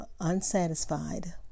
unsatisfied